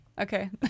okay